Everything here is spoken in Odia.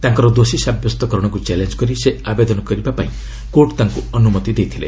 ତାଙ୍କର ଦୋଷୀ ସାବ୍ୟସ୍ତକରଣକୁ ଚ୍ୟାଲେଞ୍ଜ୍ କରି ସେ ଆବେଦନ କରିବାପାଇଁ କୋର୍ଟ ତାଙ୍କୁ ଅନୁମତି ପ୍ରଦାନ କରିଥିଲେ